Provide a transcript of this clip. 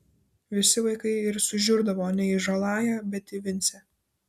visi vaikai ir sužiurdavo ne į žaląją bet į vincę